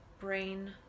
brain